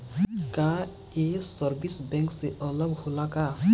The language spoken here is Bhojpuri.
का ये सर्विस बैंक से अलग होला का?